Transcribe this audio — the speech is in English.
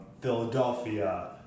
Philadelphia